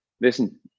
listen